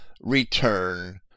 return